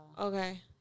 Okay